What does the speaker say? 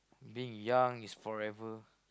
being young is forever